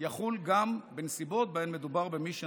יחול גם בנסיבות שבהן מדובר במי שנולד,